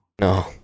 no